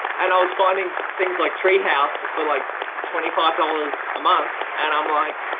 and i was finding things like trade house for like twenty five dollars a month. and i'm like,